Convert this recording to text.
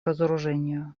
разоружению